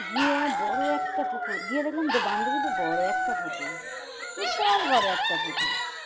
গিয়ে বড় একটা পুকুর গিয়ে দেখলাম বান্ধবীদের বড় একটা পুকুর বিশাল বড় একটা পুকুর